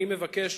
אני מבקש,